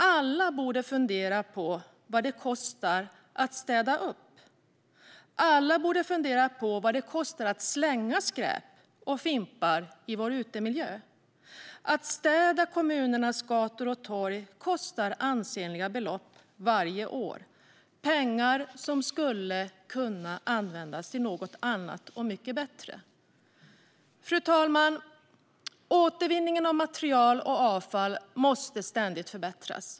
Alla borde fundera på vad det kostar att städa upp och vad det kostar att slänga skräp och fimpar i vår utemiljö. Att städa kommunernas gator och torg kostar ansenliga belopp varje år - pengar som skulle kunna användas till något annat och mycket bättre. Fru talman! Återvinningen av material och avfall måste ständigt förbättras.